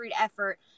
effort